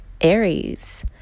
aries